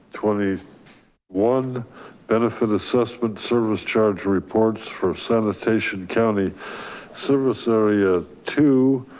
twenty one benefit assessment service charge reports for sanitation county service area two,